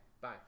Bye